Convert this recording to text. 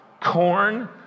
Corn